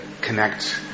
connect